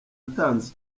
atanze